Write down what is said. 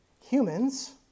humans